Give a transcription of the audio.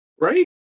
right